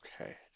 Okay